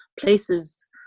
places